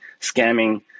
scamming